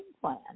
plan